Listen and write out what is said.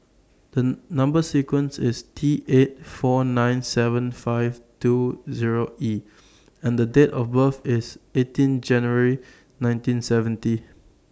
The Number sequence IS T eight four nine seven five two Zero E and Date of birth IS eighteen January nineteen seventy